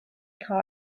thought